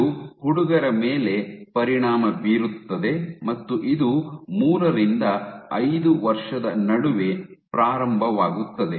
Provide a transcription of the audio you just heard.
ಇದು ಹುಡುಗರ ಮೇಲೆ ಪರಿಣಾಮ ಬೀರುತ್ತದೆ ಮತ್ತು ಇದು ಮೂರರಿಂದ ಐದು ವರ್ಷದ ನಡುವೆ ಪ್ರಾರಂಭವಾಗುತ್ತದೆ